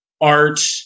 art